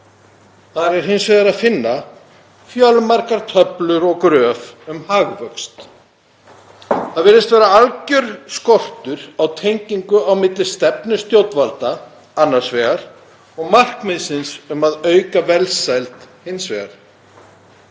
Þar er hins vegar að finna fjölmargar töflur og gröf um hagvöxt. Það virðist vera algjör skortur á tengingu á milli stefnu stjórnvalda annars vegar og markmiðsins um að auka velsæld hins vegar.